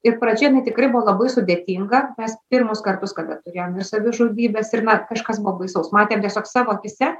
ir pradžia jinai tikrai buvo labai sudėtinga nes pirmus kartus kada turėjom ir savižudybes ir na kažkas buvo baisaus matėm tiesiog savo akyse